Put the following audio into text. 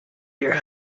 your